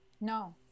no